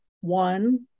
One